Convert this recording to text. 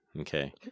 Okay